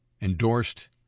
endorsed